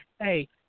Hey